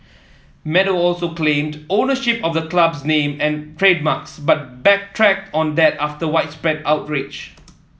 meadow also claimed ownership of the club's name and trademarks but backtracked on that after widespread outrage